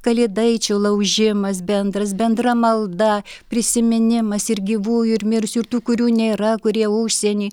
kalėdaičio laužimas bendras bendra malda prisiminimas ir gyvųjų ir mirsių ir tų kurių nėra kurie užsieny